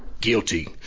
guilty